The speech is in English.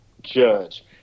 judge